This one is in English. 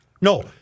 No